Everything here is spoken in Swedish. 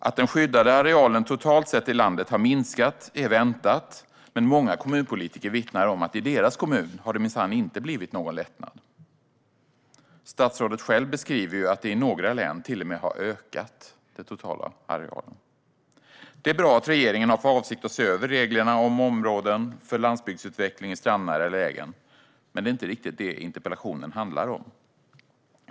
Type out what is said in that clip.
Att den skyddade arealen i landet totalt sett har minskat är väntat, men många kommunpolitiker vittnar om att i deras kommun har det minsann inte blivit någon lättnad. Statsrådet själv beskriver ju att den totala arealen i några län till och med har ökat. Det är bra att regeringen har för avsikt att se över reglerna om områden för landsbygdsutveckling i strandnära lägen, men det är inte riktigt det interpellationen handlar om.